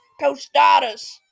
tostadas